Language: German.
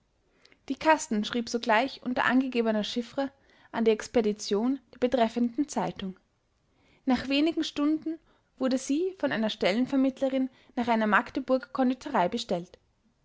die kasten schrieb sogleich unter angegebener chriffre an die expedition der betreffenden zeitung nach wenigen stunden wurde sie von einer stellenvermittlerin nach einer magdeburger konditorei bestellt